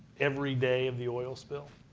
every day of the oil spill